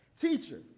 Teacher